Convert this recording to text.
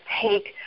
take